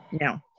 No